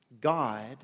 God